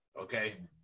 Okay